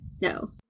No